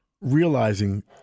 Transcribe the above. realizing